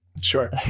Sure